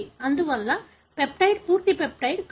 అందువల్ల పెప్టైడ్ పూర్తి పెప్టైడ్ కాదు